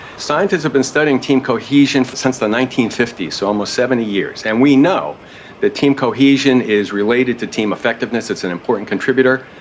scientists have been studying team cohesion since the nineteen fifty s, so almost seventy years. and we know that team cohesion is related to team effectiveness, it's an important contributor.